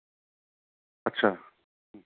आतसा